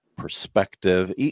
perspective